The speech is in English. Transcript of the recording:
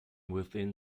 within